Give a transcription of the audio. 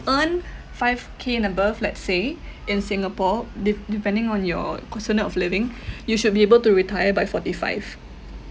earn five K and above let's say in singapore de~ depending on your cost of living you should be able to retire by forty five